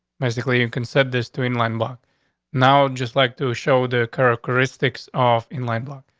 basically, you can said this doing leinbach now, just like to show their characteristics off in line block.